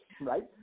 right